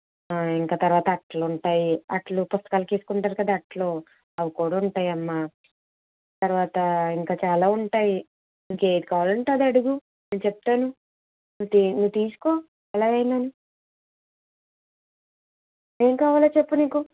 ఇంకా తరువాత అట్టలు ఉంటాయి అట్టలు పుస్తకాలకు వేసుకుంటారు కదా అట్టలు అవి కూడా ఉంటాయమ్మ తర్వాత ఇంకా చాలా ఉంటాయి నీకు ఏది కావాలంటే అది అడుగు నేను చెప్తాను ను నువ్వు తీసుకో ఎలా అయినా ఏం కావాలో చెప్పు నీకు